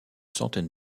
centaine